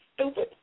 Stupid